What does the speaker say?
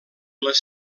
les